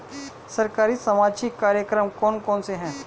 सरकारी सामाजिक कार्यक्रम कौन कौन से हैं?